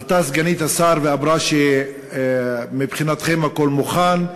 עלתה סגנית השר ואמרה שמבחינתכם הכול מוכן,